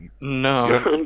No